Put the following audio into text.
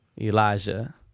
Elijah